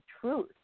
truth